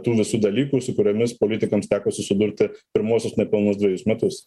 tų visų dalykų su kuriomis politikams teko susidurti pirmuosius nepilnus dvejus metus